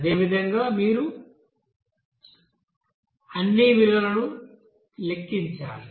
అదే విధంగా మీరు అన్ని విలువలను లెక్కించాలి